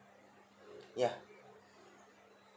ya